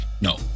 No